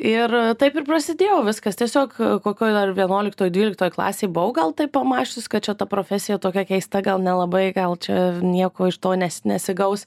ir taip ir prasidėjo viskas tiesiog kokioj dar vienuoliktoj dvyliktoj klasėj buvau gal taip pamąsčius kad čia ta profesija tokia keista gal nelabai gal čia nieko iš to nes nesigaus